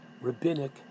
rabbinic